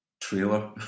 trailer